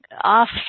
off